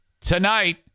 Tonight